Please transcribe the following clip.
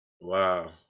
Wow